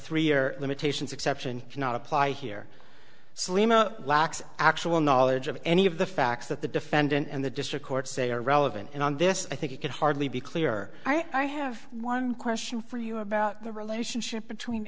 three year limitations exception cannot apply here salema lacks actual knowledge of any of the facts that the defendant and the district court say are relevant and on this i think it could hardly be clearer i have one question for you about the relationship between